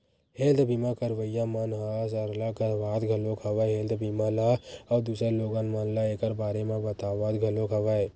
health बीमा करवइया मन ह सरलग करवात घलोक हवय हेल्थ बीमा ल अउ दूसर लोगन मन ल ऐखर बारे म बतावत घलोक हवय